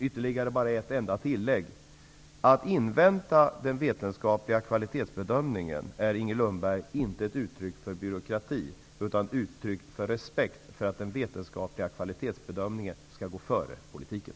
Herr talman! Jag har ytterligare ett tillägg. Att invänta den vetenskapliga kvalitetsbedömningen är, Inger Lundberg, inte ett uttryck för byråkrati utan ett uttryck för respekt för att den vetenskapliga kvalitetsbedömningen skall gå före politiken.